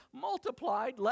multiplied